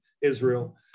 Israel